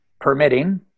permitting